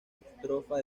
estrofa